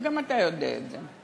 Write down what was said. וגם אתה יודע את זה.